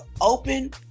open